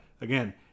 again